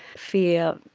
fear,